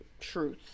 truth